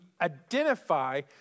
identify